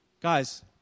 Guys